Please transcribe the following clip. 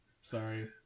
sorry